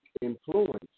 influence